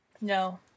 No